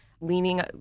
leaning